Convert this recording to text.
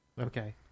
Okay